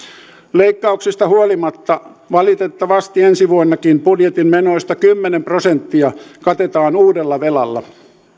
leikkauksista huolimatta valitettavasti ensi vuonnakin budjetin menoista kymmenen prosenttia katetaan uudella velalla